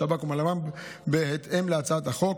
שב"כ ומלמ"ב בהתאם להצעת החוק,